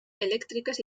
elèctriques